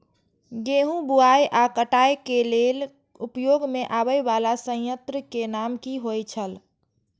गेहूं बुआई आ काटय केय लेल उपयोग में आबेय वाला संयंत्र के नाम की होय छल?